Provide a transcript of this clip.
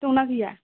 दं ना गैया